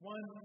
One